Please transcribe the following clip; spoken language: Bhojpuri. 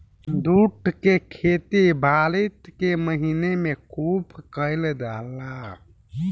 जूट के खेती बारिश के महीना में खुब कईल जाला